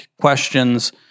questions